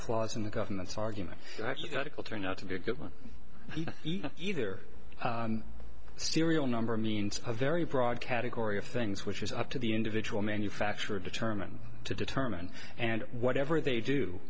flaws in the government's argument will turn out to be a good one either serial number means a very broad category of things which is up to the individual manufacturer determine to determine and whatever they do